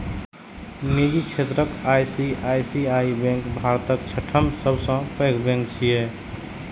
निजी क्षेत्रक ICICI bank भारतक छठम सबसं पैघ बैंक छियै